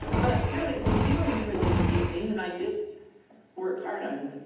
but really, reviewing for this evening, and i did work hard on,